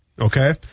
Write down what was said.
Okay